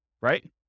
right